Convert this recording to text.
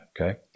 Okay